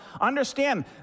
understand